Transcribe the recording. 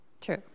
True